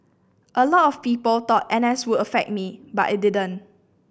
a lot of people thought N S would affect me but it didn't